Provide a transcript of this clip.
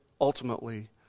ultimately